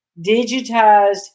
digitized